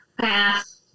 Pass